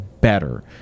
better